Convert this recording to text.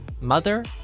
mother